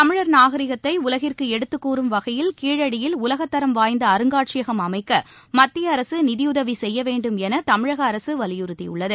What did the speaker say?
தமிழர் நாகரீகத்தை உலகிற்கு எடுத்துக்கூறும் வகையில் கீழடியில் உலகத் தரம் வாய்ந்த அருங்காட்சியகம் அமைக்க மத்திய அரசு நிதியுதவி செய்ய வேண்டும் என தமிழக அரசு வலியுறத்தியுள்ளது